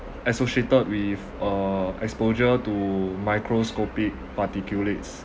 associated with uh exposure to microscopic particulates